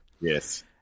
yes